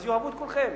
אז יאהבו את כולכם.